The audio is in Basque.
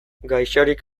gaixorik